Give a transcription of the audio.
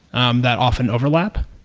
um that often overlap.